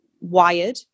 wired